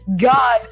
God